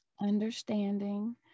understanding